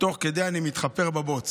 תוך כדי כך, אני מתחפר בבוץ